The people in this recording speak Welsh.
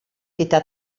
gyda